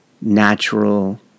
natural